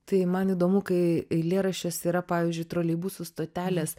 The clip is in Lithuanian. tai man įdomu kai eilėraščiuose yra pavyzdžiui troleibusų stotelės